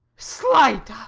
slight,